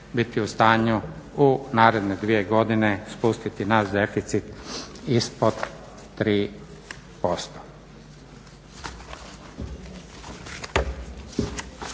biti u stanju u naredne 2 godine spustiti naš deficit ispod 3%.